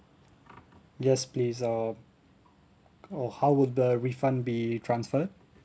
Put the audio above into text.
yes please uh uh how would the refund be transferred